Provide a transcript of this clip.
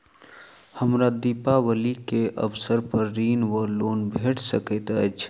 हमरा दिपावली केँ अवसर पर ऋण वा लोन भेट सकैत अछि?